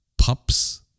Pups